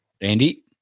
Andy